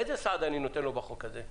איזה סעד אני נותן לו בחוק הזה?